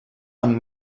amb